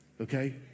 okay